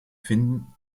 finden